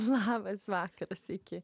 labas vakaras sveiki